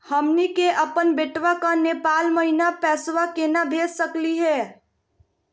हमनी के अपन बेटवा क नेपाल महिना पैसवा केना भेज सकली हे?